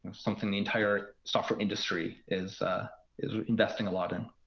something the entire software industry is ah is investing a lot in.